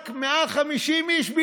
רק 150 איש.